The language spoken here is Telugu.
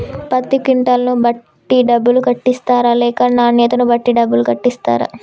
పత్తి క్వింటాల్ ను బట్టి డబ్బులు కట్టిస్తరా లేక నాణ్యతను బట్టి డబ్బులు కట్టిస్తారా?